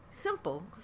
Simple